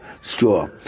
straw